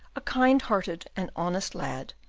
a kind-hearted and honest lad,